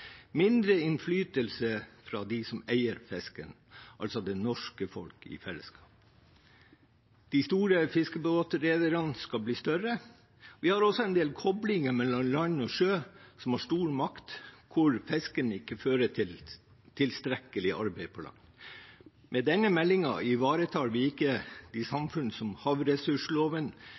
mindre innflytelse fra dem som eier fisken, altså det norske folk i fellesskap. De store fiskebåtrederne skal bli større. Vi har også en del koblinger mellom land og sjø, som har stor makt, hvor fisken ikke fører til tilstrekkelig arbeid på land. Med denne meldingen ivaretar vi ikke de samfunn som havressursloven